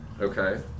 Okay